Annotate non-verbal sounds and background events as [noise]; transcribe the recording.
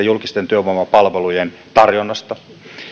[unintelligible] julkisten työvoimapalvelujen tarjonnasta